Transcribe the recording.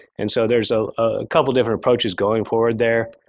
and so there's a ah couple different approaches going forward there.